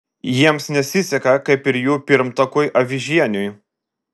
jiems nesiseka kaip ir jų pirmtakui avižieniui